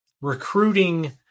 recruiting